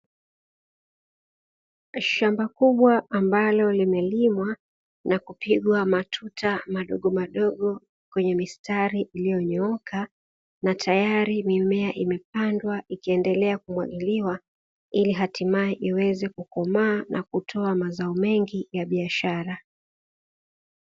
Shamba kubwa ambalo limelimwa na kupigwa matuta madogomadogo kwenye mistari iliyonyooka, na tayari mimea imepandwa ikiendelea kumwagiliwa ili hatimaye iweze kukomaa na kutoa mazao mengi ya biashara.